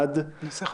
בנושא הזה